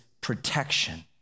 protection